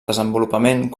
desenvolupament